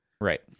right